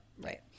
right